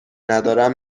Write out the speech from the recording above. ندارم